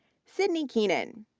sydney keenan,